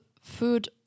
food